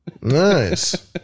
Nice